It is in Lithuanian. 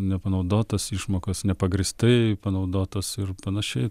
nepanaudotas išmokas nepagrįstai panaudotas ir panašiai